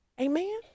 Amen